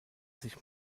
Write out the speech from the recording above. sich